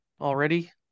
already